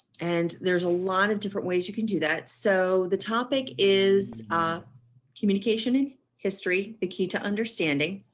and there's a lot of different ways you can do that. so the topic is communication in history the key to understanding